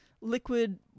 liquid